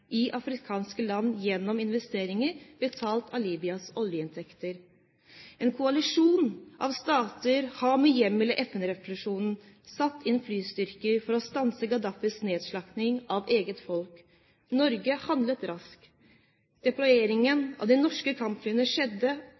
i afrikanske land gjennom investeringer betalt av Libyas oljeinntekter. En koalisjon av stater har med hjemmel i FN-resolusjonen satt inn flystyrker for å stanse Gaddafis nedslakting av eget folk. Norge handlet raskt. Deployeringen av de norske kampflyene skjedde